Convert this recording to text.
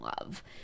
love